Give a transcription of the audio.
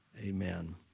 amen